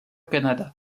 canada